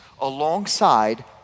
alongside